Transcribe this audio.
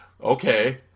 Okay